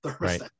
Right